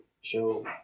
show